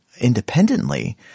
independently